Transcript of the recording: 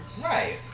Right